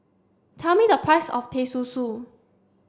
tell me the price of Teh Susu